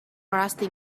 rusty